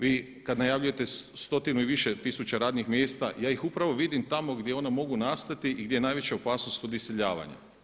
Vi kad najavljujete stotinu i više tisuća radnih mjesta ja ih upravo vidim tamo gdje ona mogu nastati i gdje je najveća opasnost od iseljavanja.